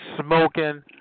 smoking